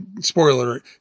spoiler